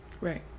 Right